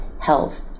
health